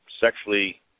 sexually